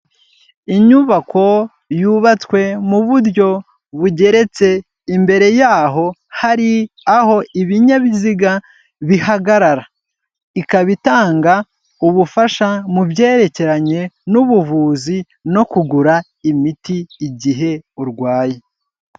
Inyubako yubatswe mu buryo bugeretse imbere yaho hari aho ibinyabiziga bihagarara, ikaba itanga ubufasha mu byerekeranye n'ubuvuzi no kugura imiti igihe urwaye.